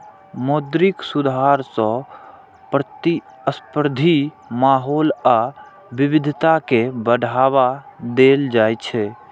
मौद्रिक सुधार सं प्रतिस्पर्धी माहौल आ विविधता कें बढ़ावा देल जाइ छै